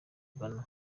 ghana